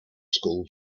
school